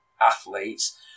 athletes